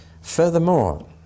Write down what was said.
Furthermore